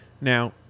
Now